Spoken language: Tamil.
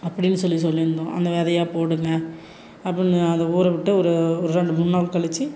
அப்படின்னு சொல்லி சொல்லியிருந்தோம் அந்த விதையா போடுங்க அப்படின்னு அதை ஊற விட்டு ஒரு ஒரு ரெண்டு மூணு நாள் கழித்து